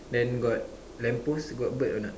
then got lamp post got bird a not